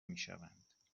میشوند